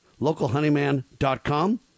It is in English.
localhoneyman.com